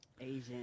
Asian